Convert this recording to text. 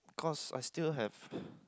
because I still have